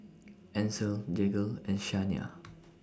Ancel Jagger and Shania